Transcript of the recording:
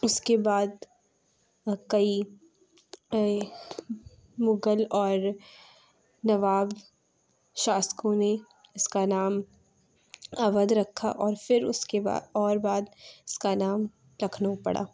اِس کے بعد کئی کئی مُغل اور نواب شاسکوں نے اِس کا نام اوّدھ رکھا اور پھر اُس کے بعد اور بعد اِس کا نام لکھنؤ پڑا